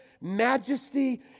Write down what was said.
majesty